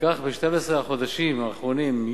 ב-12 החודשים האחרונים,